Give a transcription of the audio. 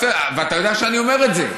ואתה יודע שאני אומר את זה.